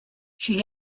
she